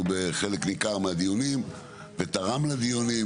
בחלק ניכר מהדיונים וטרם לדיונים,